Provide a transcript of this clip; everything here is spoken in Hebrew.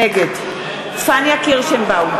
נגד פניה קירשנבאום,